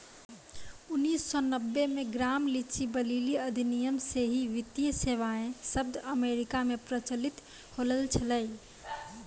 उन्नीस सौ नब्बे मे ग्राम लीच ब्लीली अधिनियम से ही वित्तीय सेबाएँ शब्द अमेरिका मे प्रचलित होलो छलै